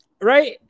Right